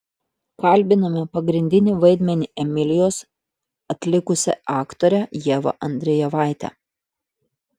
kalbiname pagrindinį vaidmenį emilijos atlikusią aktorę ievą andrejevaitę